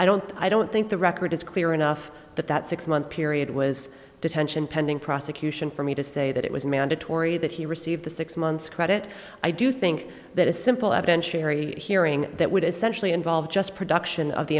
i don't i don't think the record is clear enough that that six month period was detention pending prosecution for me to say that it was mandatory that he received the six months credit i do think that a simple evidentiary hearing that would essentially involve just production of the